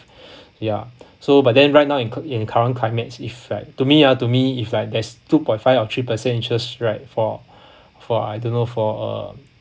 ya so but then right now in cur~ in current climates effect to me uh to me if like there's two point five or three percent interest rate for for I don't know for uh